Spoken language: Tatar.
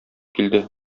килде